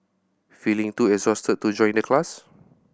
feeling too exhausted to join the class